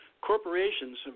corporations